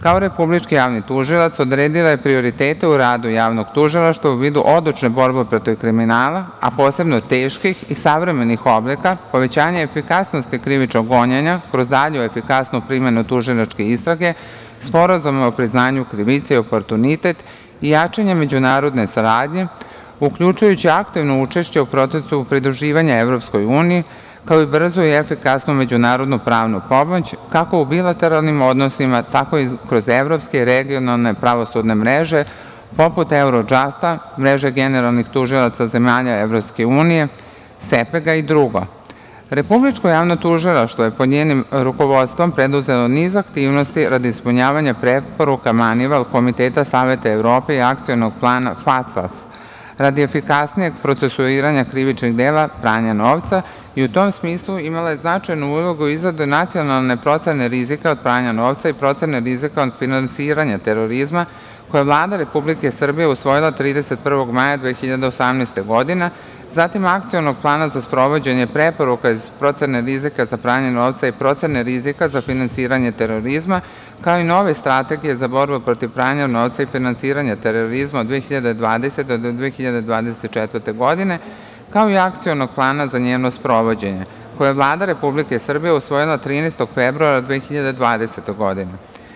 Kao Republički javni tužilac, odredila je prioritete u radu Javnog tužilaštva u vidu odlučne borbe protiv kriminala, a posebno teških i savremenih oblika, povećanje efikasnosti krivičnog gonjenja kroz dalju efikasnu primenu tužilačke istrage, sporazuma o priznanju krivice i oportunitet i jačanje međunarodne saradnje, uključujući aktivno učešće u procesu pridruživanja EU, kao i brzu i efikasnu međunarodno-pravnu pomoć, kako u bilateralnim odnosima, tako i kroz evropske, regionalne pravosudne mreže poput Eurodžasta, mreže generalnih tužilaca zemalja EU i dr. Republičko javno tužilaštvo je pod njenim rukovodstvom preduzelo niz aktivnosti radi ispunjavanja preporuka Manival Komiteta Saveta Evrope i Akcionog plana FATF-a, radi efikasnijeg procesuiranja krivičnih dela pranja novca i u tom smislu imala je značajnu ulogu u izradi nacionalne procene rizika od pranja novca i procene rizika od finansiranja terorizma, koju je Vlada Republike Srbije usvojila 31. maja 2018. godine, zatim Akcionog plana za sprovođenje preporuka iz procene rizika za pranje novca i procene rizika za finansiranje terorizma, kao i nove Strategije za borbu protiv pranja novca i finansiranja terorizma od 2020. do 2024. godine, kao i Akcionog plana za njeno sprovođenje, koje je Vlada Republike Srbije usvojila 13. februara 2020. godine.